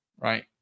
right